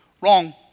Wrong